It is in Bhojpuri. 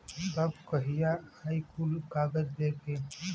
तब कहिया आई कुल कागज़ लेके?